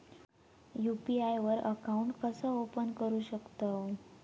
UPI वर account कसा open करू शकतव?